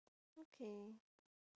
okay